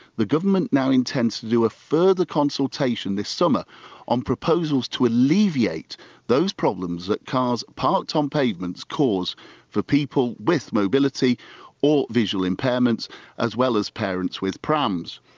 the government now intends to do a further consultation this summer on proposals to alleviate those problems that cars parked on pavements cause for people with mobility or visual impairments as well as parents with prams.